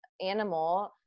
animal